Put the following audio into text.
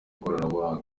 koranabuhanga